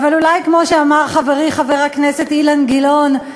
אבל אולי כמו שאמר חברי חבר הכנסת אילן גילאון,